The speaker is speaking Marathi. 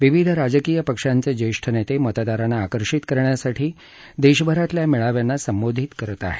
विविध राजकीय पक्षांचे ज्येष्ठ नेते मतदारांना आकर्षित करण्यासाठी देशभरातल्या मेळाव्यांना संबोधित करत आहेत